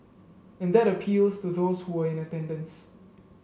and that appeals to those who were in attendance